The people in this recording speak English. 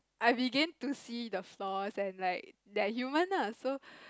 I began to see the flaws and like they are human ah so